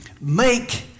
make